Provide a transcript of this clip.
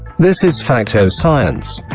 this is fact o science.